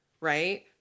right